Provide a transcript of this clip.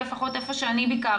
לפחות איפה שאני ביקרתי.